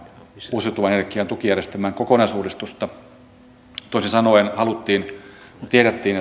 uusiutuvan energian tukijärjestelmän kokonaisuudistusta toisin sanoen haluttiin kun tiedettiin